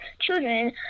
children